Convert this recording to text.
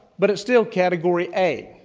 but it's still category a.